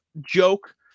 joke